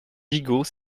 gigot